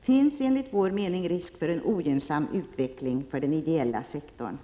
finns enligt vår mening risk för en ogynnsam utveckling för den ideella sektorn.